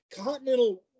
Continental